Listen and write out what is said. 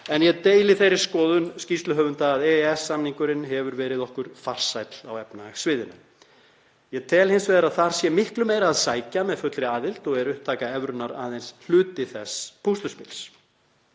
En ég deili þeirri skoðun skýrsluhöfunda að EES-samningurinn hefur verið okkur farsæll á efnahagssviðinu. Ég tel hins vegar að þar sé miklu meira að sækja með fullri aðild og er upptaka evrunnar aðeins hluti þess púsluspils.